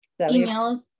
Emails